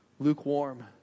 lukewarm